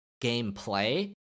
gameplay